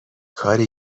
کاری